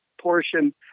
portion